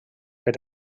per